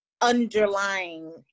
underlying